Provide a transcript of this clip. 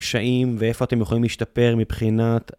ואיפה אתם יכולים להשתפר מבחינת...